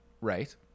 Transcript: right